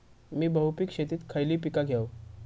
मी बहुपिक शेतीत खयली पीका घेव?